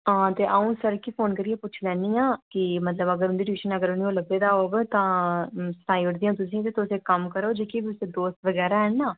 हां ते अ'ऊं सर गी फोन करियै पुच्छी लैन्नी आं कि मतलब अगर उं'दी ट्यूशनै अगर उ'नें ई ओह् लब्भे दा होग तां सनाई ओड़दी आं तुसें ई ते तुस इक कम्म करो जेह्के बी उसदे दोस्त बगैरा हैन नां